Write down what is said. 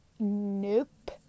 nope